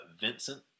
Vincent